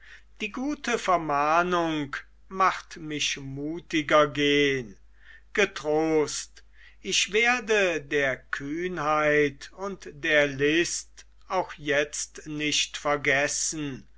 die gute vermahnung macht mich mutiger gehn getrost ich werde der kühnheit und der list auch jetzt nicht vergessen